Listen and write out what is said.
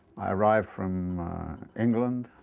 i arrived from england,